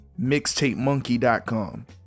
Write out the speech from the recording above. mixtapemonkey.com